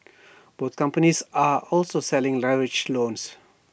both companies are also selling leveraged loans